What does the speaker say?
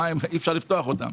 אי אפשר לפתוח את המים.